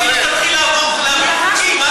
רוצים לעזור לכם להעביר חוקים.